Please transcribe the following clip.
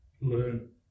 learn